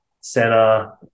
center